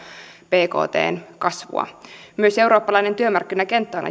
bktn kasvua myös eurooppalainen työmarkkinakenttä on